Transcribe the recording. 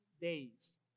days